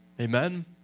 Amen